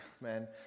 man